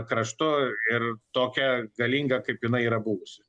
kraštu ir tokia galinga kaip jinai yra buvusi